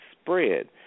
spread